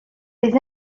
les